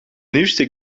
nieuwste